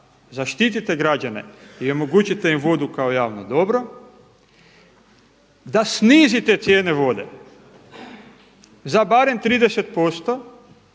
zaštitite građane i omogućite im vodu kao javno dobro, da snizite cijene vode za barem 30%